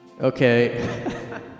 Okay